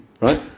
right